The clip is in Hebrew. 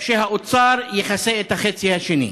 ושהאוצר יכסה את החצי השני.